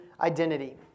identity